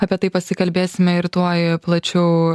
apie tai pasikalbėsime ir tuoj plačiau